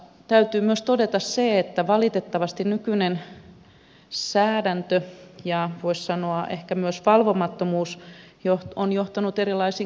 täytyy myös todeta se että valitettavasti nykyinen säädäntö ja voisi sanoa ehkä myös valvomattomuus on johtanut kaksinaismoralismiin